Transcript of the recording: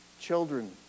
children